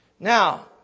Now